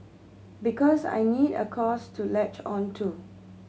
because I need a cause to latch on to